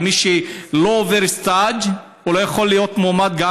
ומי שלא עובר סטאז' גם לא יכול להיות מועמד,